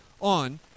on